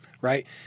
right